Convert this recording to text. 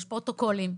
יש פרוטוקולים,